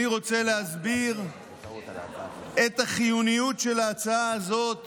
אני רוצה להסביר את החיוניות של ההצעה הזאת